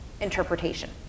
interpretation